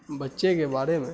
بچے کے بارے میں